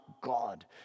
God